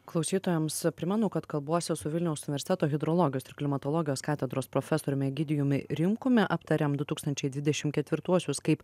klausytojams primenu kad kalbuosi su vilniaus universiteto hidrologijos ir klimatologijos katedros profesoriumi egidijumi rimkumi aptariam du tūkstančiai dvidešim ketvirtuosius kaip